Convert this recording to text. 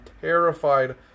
terrified